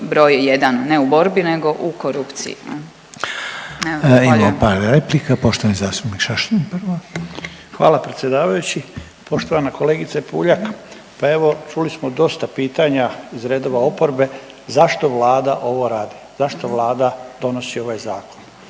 **Reiner, Željko (HDZ)** Imamo par replika, poštovani zastupnik Šašlin prvo. **Šašlin, Stipan (HDZ)** Hvala predsjedavajući. Poštovana kolegice Puljak, pa evo čuli smo dosta pitanja iz redova oporbe zašto Vlada ovo radi, zašto Vlada donosi ovaj zakon?